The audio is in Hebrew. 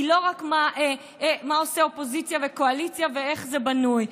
היא לא רק מה עושות אופוזיציה וקואליציה ואיך זה בנוי.